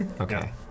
Okay